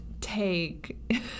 take